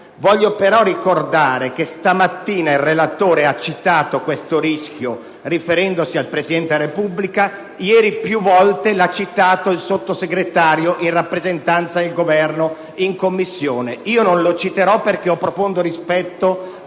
Voglio però ricordare che stamattina il relatore ha citato questo rischio riferendosi al Presidente della Repubblica; ieri più volte l'ha citato il Sottosegretario in rappresentanza del Governo in Commissione. Io non lo citerò perché ho profondo rispetto